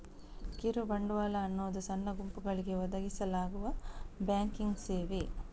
ಕಿರು ಬಂಡವಾಳ ಅನ್ನುದು ಸಣ್ಣ ಗುಂಪುಗಳಿಗೆ ಒದಗಿಸಲಾಗುವ ಬ್ಯಾಂಕಿಂಗ್ ಸೇವೆ